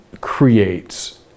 creates